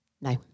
No